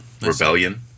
Rebellion